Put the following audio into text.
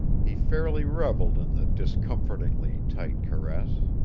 he fairly reveled in the discomfortingly tight caress.